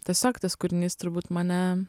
tiesiog tas kūrinys turbūt mane